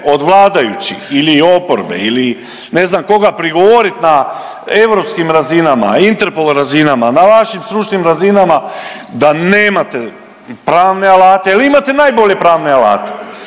od vladajućih ili oporbe ili ne znam koga, prigovoriti na europskim razinama, Interpol razinama, na vašim stručnim razinama, da nemate pravne alate jer imate najbolje pravne alate,